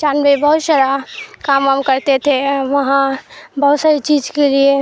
چاند بہ بہت سارا کام وام کرتے تھے وہاں بہت ساری چیز کے لیے